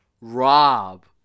Rob